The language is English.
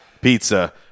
pizza